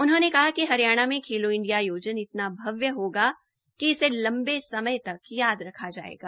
उन्होंने कहा कि हरियाणा में खेलो इंडिया आयोजन इतना भव्य होगा कि इसे लंबे समय तक याद रखा जायेगा